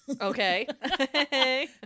Okay